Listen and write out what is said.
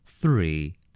Three